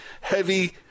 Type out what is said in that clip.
heavy